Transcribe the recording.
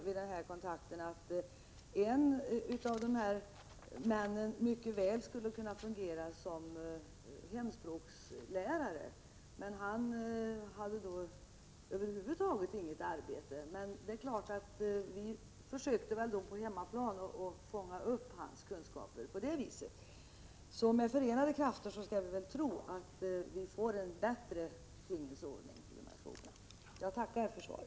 vid dessa kontakter att en av de män vi talade med mycket väl skulle kunna fungera som hemspråkslärare, men han hade då över huvud taget inget arbete. Vi försöker nu på hemmaplan fånga upp hans kunskaper. Med förenade krafter skall vi väl kunna få en bättre tingens ordning i dessa frågor. Jag tackar för svaret.